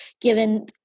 given